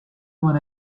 when